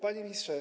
Panie Ministrze!